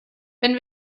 wenn